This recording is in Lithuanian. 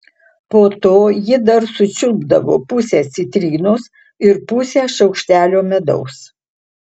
po to ji dar sučiulpdavo pusę citrinos ir pusę šaukštelio medaus